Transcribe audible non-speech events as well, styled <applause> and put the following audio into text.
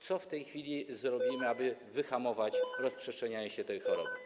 Co w tej chwili zrobimy, <noise> aby wyhamować rozprzestrzenianie się tej choroby?